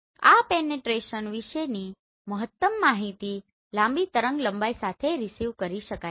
આ પેનેટ્રેશન વિશેની મહત્તમ માહિતી લાંબી તરંગ લંબાઈ સાથે રીસીવ કરી શકાય છે